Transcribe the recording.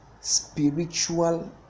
spiritual